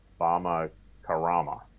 bamakarama